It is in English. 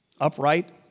upright